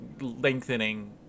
lengthening